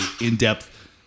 in-depth